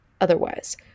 otherwise